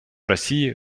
россии